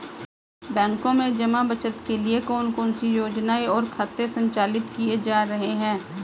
बैंकों में जमा बचत के लिए कौन कौन सी योजनाएं और खाते संचालित किए जा रहे हैं?